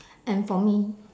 and for me